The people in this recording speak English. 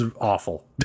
awful